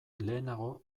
lehenago